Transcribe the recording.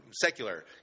secular